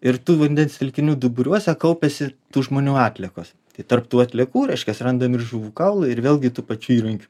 ir tų vandens telkinių duburiuose kaupiasi tų žmonių atliekos tai tarp tų atliekų reiškias randam ir žuvų kaulų ir vėlgi tų pačių įrankių